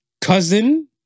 cousin